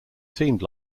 seemed